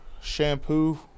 Shampoo